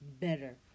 better